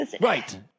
Right